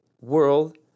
world